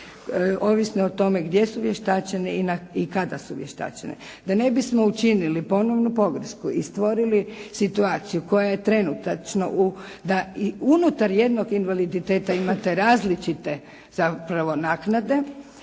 ovisno o tome gdje su vještačeni i kada su vještačeni. Da ne bismo učinili ponovnu pogrešku i stvorili situaciju koja je trenutačno, da i unutar jednog invaliditeta imate različite zapravo